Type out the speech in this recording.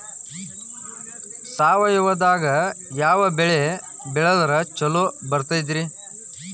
ಸಾವಯವದಾಗಾ ಯಾವ ಬೆಳಿ ಬೆಳದ್ರ ಛಲೋ ಬರ್ತೈತ್ರಿ?